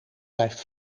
blijft